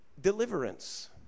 deliverance